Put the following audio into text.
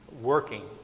working